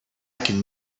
can